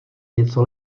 něco